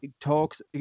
talks